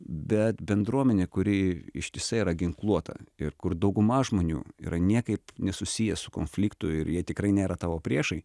bet bendruomenė kuri ištisai yra ginkluota ir kur dauguma žmonių yra niekaip nesusiję su konfliktu ir jie tikrai nėra tavo priešai